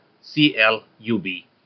C-L-U-B